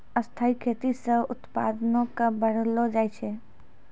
स्थाइ खेती से उत्पादो क बढ़लो जाय छै